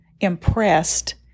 impressed